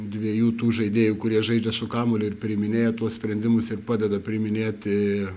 dviejų tų žaidėjų kurie žaidžia su kamuoliu ir priiminėja tuos sprendimus ir padeda priiminėti